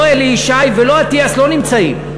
לא אלי ישי ולא אטיאס נמצאים.